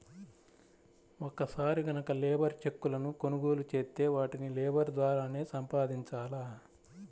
ఒక్కసారి గనక లేబర్ చెక్కులను కొనుగోలు చేత్తే వాటిని లేబర్ ద్వారానే సంపాదించాల